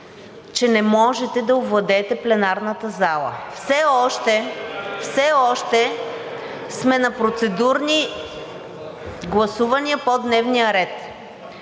че не можете да овладеете пленарната зала. Все още сме на процедурни гласувания по дневния ред.